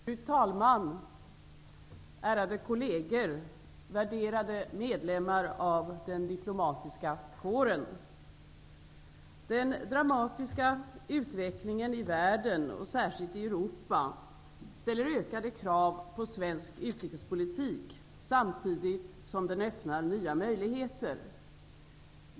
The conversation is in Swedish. Fru talman! Ärade kolleger! Värderade medlemmar av den diplomatiska kåren! Den dramatiska utvecklingen i världen och särskilt i Europa ställer ökade krav på svensk utrikespolitik samtidigt som den öppnar nya möjligheter.